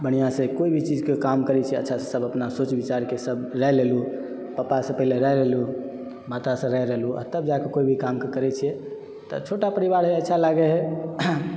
बढ़िआँसँ कोई भी चीजके काम करै छै अच्छासँ सब अपना सोच विचारके सब राय लेलहुँ पप्पासँ पहिने राय लेलहुँ मातासँ राय लेलहुँ आओर तब जाके कोई भी कामके करै छियै तऽ छोटा परिवार है अच्छा लागै है